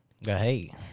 Hey